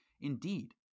Indeed